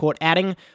Adding